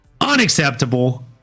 unacceptable